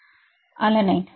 மாணவர் அலனைன்